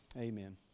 Amen